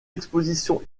expositions